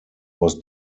was